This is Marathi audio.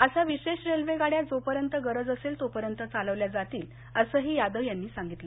अशा विशेष रेल्वे गाड्या जोपर्यंत गरज असेल तोपर्यंत चालवल्या जातील असंही त्यांनी सांगितलं